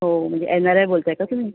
हो म्हणजे N R I बोलत आहे का तुम्ही